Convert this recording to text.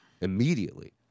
immediately